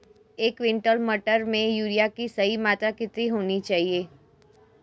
एक क्विंटल मटर में यूरिया की सही मात्रा कितनी होनी चाहिए?